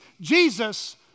Jesus